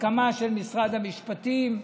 הסכמה של משרד המשפטים,